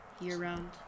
year-round